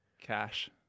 Cash